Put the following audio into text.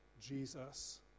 Jesus